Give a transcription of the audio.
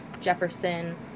Jefferson